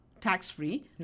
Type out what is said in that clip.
tax-free